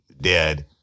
dead